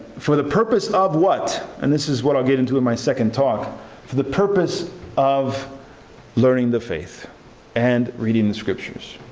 for the purpose of what? and this is what i'll get into in my second talk for the purpose of learning the faith and reading the scriptures.